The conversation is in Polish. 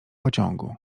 pociągu